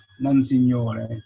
Monsignore